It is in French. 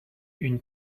une